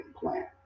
plan